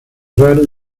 raro